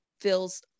feels